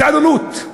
התעללות.